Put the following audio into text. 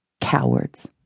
Cowards